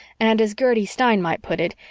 and as gertie stein might put it,